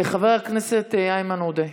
חבר הכנסת איימן עודה,